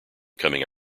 coming